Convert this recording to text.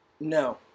No